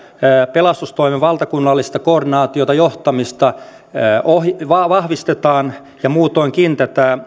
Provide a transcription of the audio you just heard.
pelastustoimen valtakunnallista koordinaatiota johtamista vahvistetaan ja muutoinkin